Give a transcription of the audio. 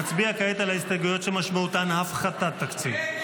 נצביע כעת על ההסתייגויות שמשמעותן הפחתת תקציב.